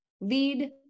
lead